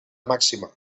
màxima